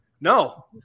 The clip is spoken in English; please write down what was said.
No